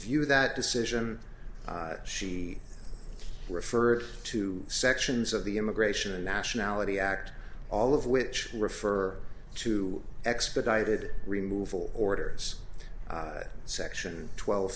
review that decision she referred to sections of the immigration and nationality act all of which refer to expedited removal orders section twelve